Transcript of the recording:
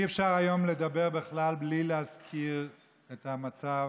אי-אפשר היום לדבר בכלל בלי להזכיר את המצב,